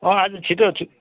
अँ आजु छिटो छु